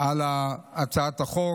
על הצעת החוק.